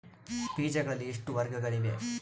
ಬೇಜಗಳಲ್ಲಿ ಎಷ್ಟು ವರ್ಗಗಳಿವೆ?